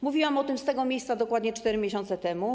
Mówiłam o tym z tego miejsca dokładnie 4 miesiące temu.